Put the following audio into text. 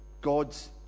God's